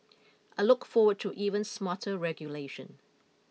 I look forward to even smarter regulation